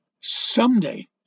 someday